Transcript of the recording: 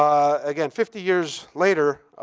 again, fifty years later,